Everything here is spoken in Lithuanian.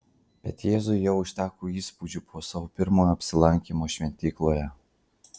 bet jėzui jau užteko įspūdžių po savo pirmojo apsilankymo šventykloje